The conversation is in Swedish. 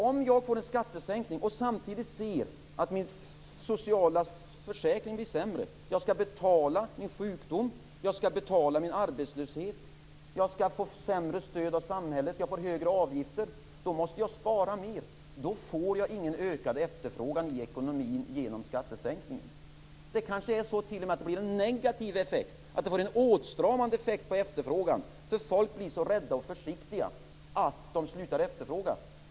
Om jag får en skattesänkning och samtidigt ser att min sociala försäkring blir sämre och jag själv får betala min sjukdom och arbetslöshet, jag får sämre stöd av samhället och högre avgifter, då måste jag spara mer. Det blir ingen ökad efterfrågan i ekonomin genom skattesänkningar. Det blir kanske t.o.m. en negativ effekt, en åtstramande effekt på efterfrågan, därför att människor blir så rädda och försiktiga att de slutar att efterfråga.